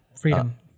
Freedom